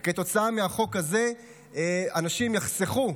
וכתוצאה מהחוק הזה אנשים יחסכו.